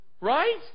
Right